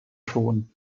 ton